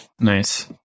Nice